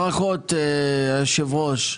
ברכות, היושב-ראש.